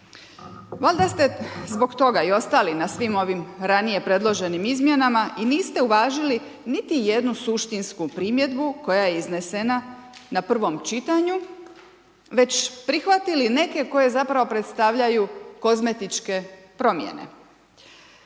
Valjda ste zbog toga i ostali na svim ovim ranije predloženim izmjenama i niste uvažili niti jednu suštinsku primjedbu koja je iznesena na prvom čitanju, već prihvatili neke koje zapravo predstavljaju kozmetičke promjene,